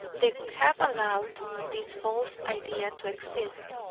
they would have allowed this false idea to exist.